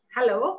Hello